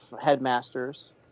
headmasters